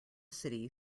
city